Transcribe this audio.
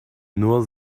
nur